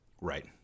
right